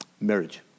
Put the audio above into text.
Marriage